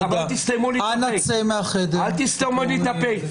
אני ותיק אל תסתמו לי את הפה.